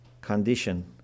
condition